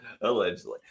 Allegedly